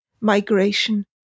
migration